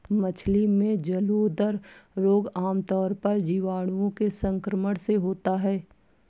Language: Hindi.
मछली में जलोदर रोग आमतौर पर जीवाणुओं के संक्रमण से होता है